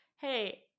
Hey